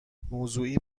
موضوعی